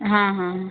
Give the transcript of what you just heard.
हां हां